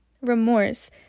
remorse